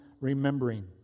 remembering